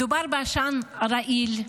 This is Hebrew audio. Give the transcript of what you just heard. מדובר בעשן רעיל,